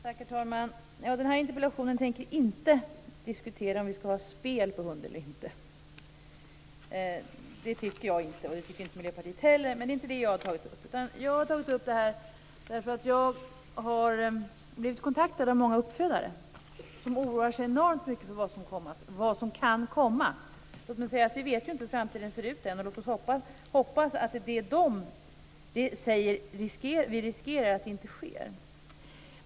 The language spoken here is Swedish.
Herr talman! I den här interpellationen tänker jag inte diskutera om vi skall ha spel på hund eller inte. Det tycker jag inte att vi skall, och det tycker inte Miljöpartiet heller, men det är inte det jag har tagit upp. Jag har tagit upp den här frågan för att jag har blivit kontaktad av många uppfödare som oroar sig enormt mycket för vad som kan komma att ske. Vi vet inte hur framtiden ser ut än. Låt oss hoppas att det som enligt uppfödarna riskerar att ske inte faktiskt sker.